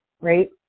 right